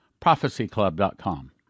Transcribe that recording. prophecyclub.com